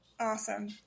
Awesome